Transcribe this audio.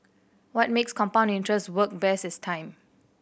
what makes compound interest work best is time